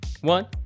one